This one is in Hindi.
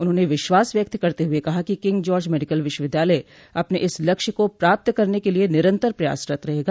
उन्होंने विश्वास व्यक्त करते हुए कहा कि किंग जाज मेडिकल विश्वविद्यालय अपने इस लक्ष्य को प्राप्त करने के लिए निरंतर प्रयासरत रहेगा